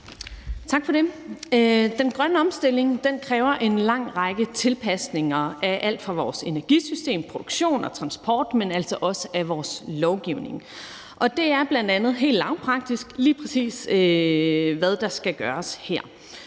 Den grønne omstilling kræver en lang række tilpasninger af alt fra vores energisystem og -produktion til transport, men altså også af vores lovgivning, og det er bl.a. helt lavpraktisk lige præcis, hvad der skal gøres her.